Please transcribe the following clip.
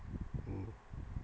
mm